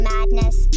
Madness